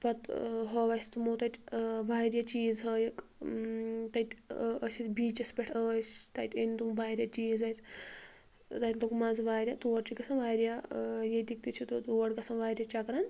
پتہٕ ٲں ہوو اسہِ تِمو تَتہِ ٲں وارِیاہ چیٖز ہٲیِکھ تَتہِ ٲسۍ أسۍ بیٖچس پٮ۪ٹھ ٲسۍ تَتہِ أنۍ تِم واریاہ چیٖز اسہِ تَتہِ لوٚگ مَزٕ واریاہ تور چھِ گژھان واریاہ ٲں ییٚتِکۍ تہِ چھِ تور گَژھان واریاہ چکرن